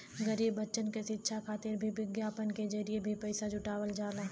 गरीब बच्चन क शिक्षा खातिर भी विज्ञापन के जरिये भी पइसा जुटावल जाला